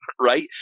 right